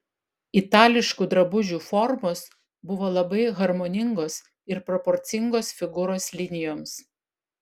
itališkų drabužių formos buvo labai harmoningos ir proporcingos figūros linijoms